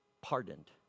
pardoned